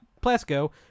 Plasco